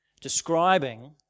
describing